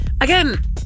Again